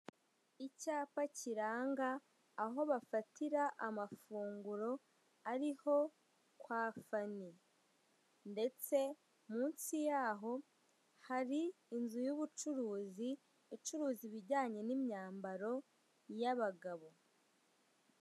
Icyapa kiranga aho bafatira amafunguro ari ho kwa Fani; ndetse munsi yaho hari inzu y'ubucuruzi, icuruza ibijyanye n'imyambaro y'abagabo.